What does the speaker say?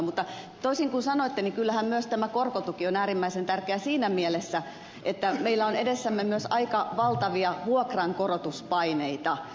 mutta toisin kuin sanoitte kyllähän myös tämä korkotuki on äärimmäisen tärkeä siinä mielessä että meillä on edessämme myös aika valtavia vuokrankorotuspaineita